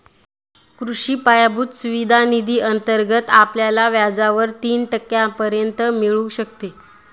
कृषी पायाभूत सुविधा निधी अंतर्गत आपल्याला व्याजावर तीन टक्क्यांपर्यंत मिळू शकते